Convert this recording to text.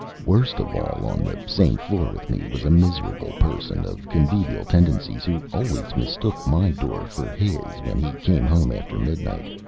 worst of all, on the same floor with me was a miserable person of convivial tendencies, who always mistook my door for his when he came home after midnight,